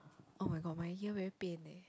oh-my-god my ear very pain leh